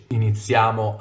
iniziamo